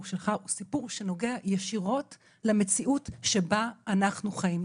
שלך הוא סיפור שנוגע ישירות למציאות שבה אנחנו חיים,